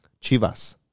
Chivas